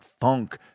Funk